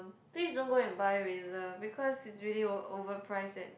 please don't go and buy Razer because is really o~ overpriced at